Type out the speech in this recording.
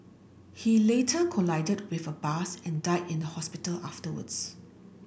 he later collided with a bus and died in the hospital afterwards